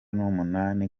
n’umunani